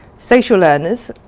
social learners,